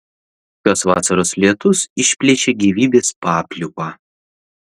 šios vasaros lietus išplėšė gyvybės papliūpą